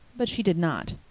but she did not.